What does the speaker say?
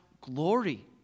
glory